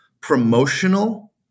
promotional